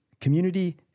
community